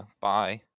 Bye